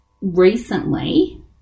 recently